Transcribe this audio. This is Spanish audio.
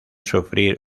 sufrir